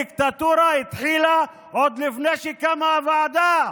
הדיקטטורה התחילה עוד לפני שקמה הוועדה.